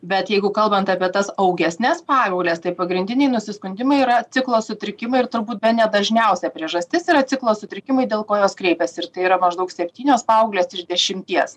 bet jeigu kalbant apie tas augesnes paaugles tai pagrindiniai nusiskundimai yra ciklo sutrikimai ir turbūt bene dažniausia priežastis yra ciklo sutrikimai dėl ko jos kreipias ir tai yra maždaug septynios paauglės iš dešimties